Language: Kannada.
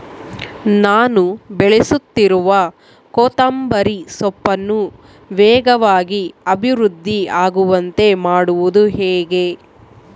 ನಾನು ಬೆಳೆಸುತ್ತಿರುವ ಕೊತ್ತಂಬರಿ ಸೊಪ್ಪನ್ನು ವೇಗವಾಗಿ ಅಭಿವೃದ್ಧಿ ಆಗುವಂತೆ ಮಾಡುವುದು ಹೇಗೆ?